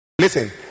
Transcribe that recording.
Listen